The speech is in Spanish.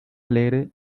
alegre